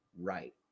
right